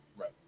Right